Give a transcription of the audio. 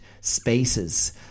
spaces